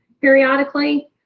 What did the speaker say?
periodically